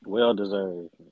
Well-deserved